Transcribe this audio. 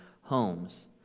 homes